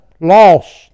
lost